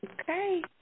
Okay